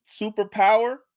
superpower